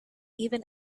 even